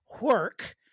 work